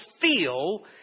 feel